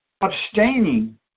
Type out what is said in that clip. Abstaining